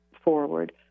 forward